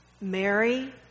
Mary